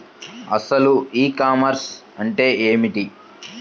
అసలు ఈ కామర్స్ అంటే ఏమిటి?